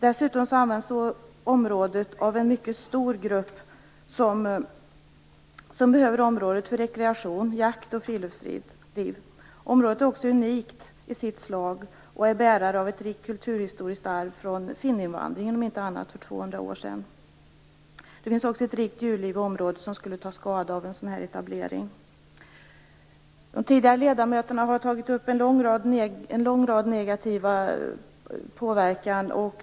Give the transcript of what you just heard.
Dessutom används området av en mycket stor grupp för rekreation, jakt och friluftsliv. Området är unikt i sitt slag och är bärare av ett rikt kulturhistoriskt arv från finninvandringen, om inte annat, för tvåhundra år sedan. Det finns också ett rikt djurliv i området som skulle ta skada av en sådan här etablering. De tidigare ledamöterna har tagit upp en lång rad negativa konsekvenser.